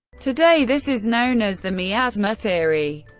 today, this is known as the miasma theory.